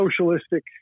socialistic